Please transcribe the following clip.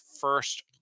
first